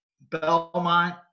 Belmont